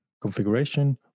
configuration